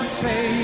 say